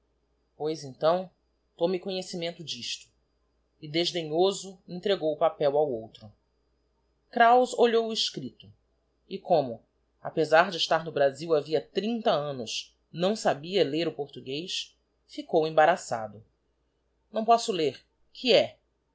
pois então tome conhecimento d'isto e desdenhoso entregou o papel ao outro kraus olhou o escripto e como apezar de estar no brasil havia trinta annos não sabia ler o portuguez ficou embaraçado não posso ler que é